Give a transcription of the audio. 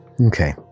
Okay